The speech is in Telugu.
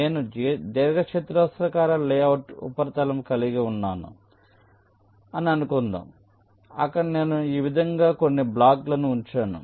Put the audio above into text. నేను దీర్ఘచతురస్రాకార లేఅవుట్ ఉపరితలం కలిగి ఉన్నాను అని అనుకుందాం అక్కడ నేను ఈ విధంగా కొన్ని బ్లాకులను ఉంచాను